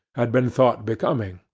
had been thought becoming.